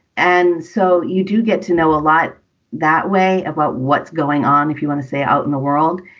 and so you do get to know a lot that way about what's going on if you want to stay out in the world.